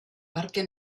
parke